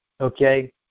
Okay